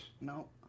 No